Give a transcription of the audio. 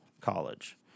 College